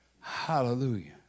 Hallelujah